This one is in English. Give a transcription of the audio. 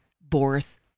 Boris